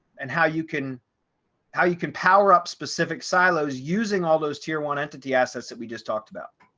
and how you can how you can power up specific silos using all those tier one entity assets that we just talked about.